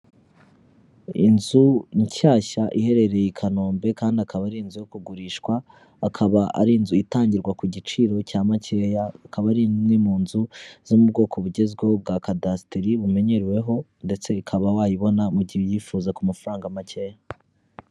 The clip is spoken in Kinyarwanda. Inzu nshyashya iherereye i Kanombe kandi akaba ari inzu yo kugurishwa, akaba ari inzu itangirwa ku giciro cya makeya ikaba ari imwe mu nzu zo mu bwoko bugezweho bwa kadasiteri, bumenyereweho ndetse ukaba wayibona mu gihe uyifuza ku mafaranga makeya.